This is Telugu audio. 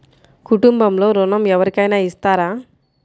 కుటుంబంలో ఋణం ఎవరికైనా ఇస్తారా?